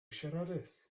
siaradus